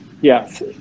yes